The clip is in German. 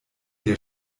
der